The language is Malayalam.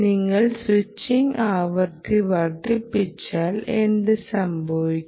നിങ്ങൾ സ്വിച്ചിംഗ് ആവൃത്തി വർദ്ധിപ്പിച്ചാൽ എന്ത് സംഭവിക്കും